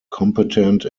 competent